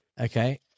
Okay